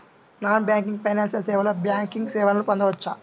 Non banking financial సేవలో banking సేవలను పొందవచ్చా?